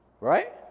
Right